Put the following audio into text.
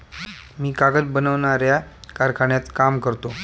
मी कागद बनवणाऱ्या कारखान्यात काम करतो